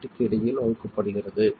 85 க்கு இடையில் வகுக்கப்படுகிறது